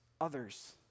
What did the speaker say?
others